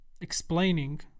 explaining